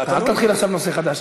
אבל אל תתחיל עכשיו נושא חדש.